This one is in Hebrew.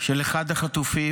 של אחד החטופים.